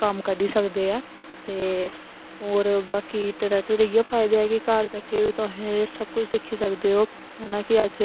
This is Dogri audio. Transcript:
कम्म क'ड्डी सकदे ऐ ते होर बाकी इंटरनेट दा इयै फायदा ऐ कि घर बैठे बी तुसें सब कुश दिक्खी सकदे ओ हैना कि अज